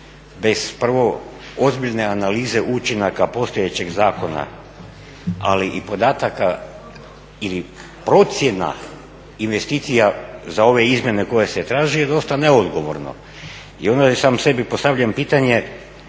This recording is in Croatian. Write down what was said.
bez prvo ozbiljne analize učinaka postojećeg zakona, ali i podataka ili procjena investicija za ove izmjene koje se traže je dosta neodgovorno i onda sam sebi postavljam pitanje